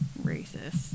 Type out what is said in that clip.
racist